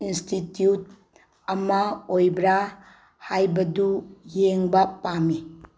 institute ꯑꯃ ꯑꯣꯏꯕ꯭ꯔ ꯍꯥꯏꯕꯗꯨ ꯌꯦꯡꯕ ꯄꯥꯝꯃꯤ